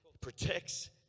protects